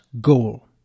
goal